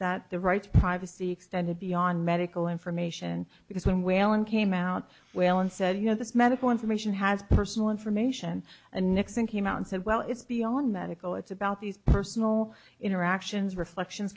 that the right to privacy extended beyond medical information because when whalen came out well and said you know this medical information has personal information and nixon came out and said well it's beyond that ickle it's about these personal interactions reflections